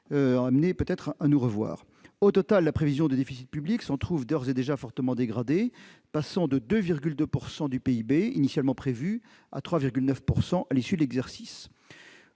appelés à nous revoir ... Au total, la prévision de déficit public s'en trouve d'ores et déjà fortement dégradée, passant de 2,2 % du PIB initialement prévu à 3,9 % à l'issue de l'exercice.